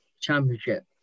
championship